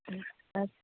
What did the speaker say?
ਅੱਛ